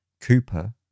Cooper